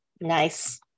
Nice